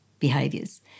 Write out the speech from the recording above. Behaviors